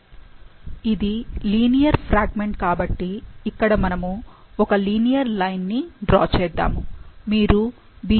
ఇది linear fragment కాబట్టి ఇక్కడ మనము ఒక లీనియర్ లైన్ ని డ్రా చేద్దాము